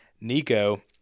Nico